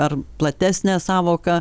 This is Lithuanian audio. ar platesne sąvoka